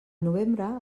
novembre